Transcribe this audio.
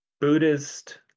Buddhist